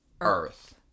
earth